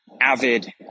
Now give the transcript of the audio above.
avid